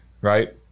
right